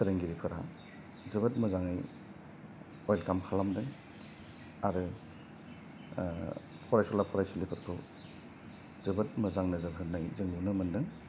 फोरोंगिरिफोरा जोबोद मोजांङै वेलकाम खालामदों आरो फरायसुला फरायसुलिफोरखौ जोबोद मोजां नोजोर होनाय जों नुनो मोनदों